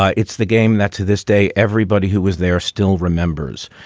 ah it's the game that to this day, everybody who was there still remembers.